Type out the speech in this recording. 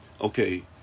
Okay